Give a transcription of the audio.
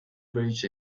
bridge